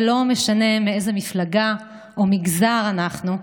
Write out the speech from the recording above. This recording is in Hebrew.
ולא משנה מאיזו מפלגה או מגזר אנחנו,